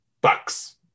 Bucks